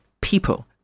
people